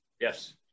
yes